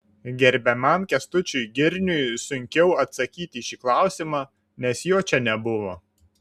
gerbiamam kęstučiui girniui sunkiau atsakyti į šį klausimą nes jo čia nebuvo